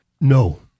No